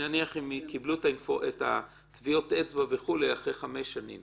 נניח שהם קיבלו את טביעות האצבע אחרי חמש שנים